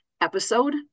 episode